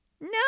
No